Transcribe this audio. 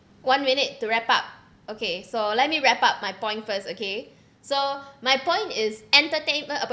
one minute to wrap up okay so let me wrap up my point first okay so my point is entertainment